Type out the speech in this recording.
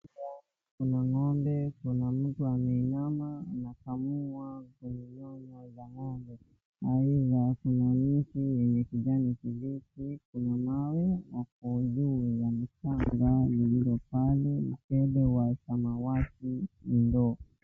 Mbele yangu kuna ng'ombe, kuna mtu ameinama anakamua nyonyo za ng'ombe aidha kuna miti yenye kijani kibichi, kuna mawe hapo juu ya mchanga zilizo pale na mkebe wa samawati ndoo.